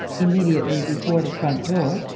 immediately before the front door,